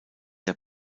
der